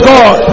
God